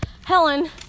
Helen